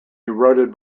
eroded